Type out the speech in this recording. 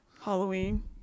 Halloween